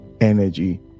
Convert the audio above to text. energy